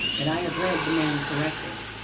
that i have read the man correctly.